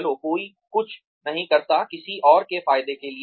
चलो कोई कुछ नहीं करता किसी और के फायदे के लिए